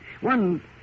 One